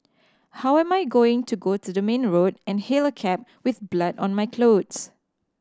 how am I going to go to the main road and hail a cab with blood on my clothes